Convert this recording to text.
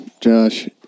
Josh